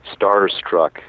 starstruck